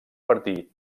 partir